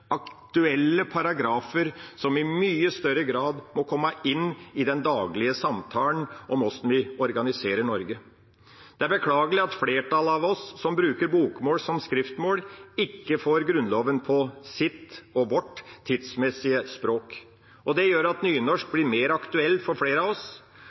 aktuelle paragrafer som i mye større grad må komme inn i den daglige samtalen om hvordan vi organiserer Norge. Det er beklagelig at flertallet av oss, som bruker bokmål som skriftmål, ikke får Grunnloven på sitt – og vårt – tidsmessige språk. Det gjør at nynorsk blir mer aktuelt for flere av oss